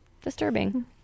Disturbing